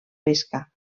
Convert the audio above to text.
pesca